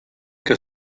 que